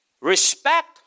respect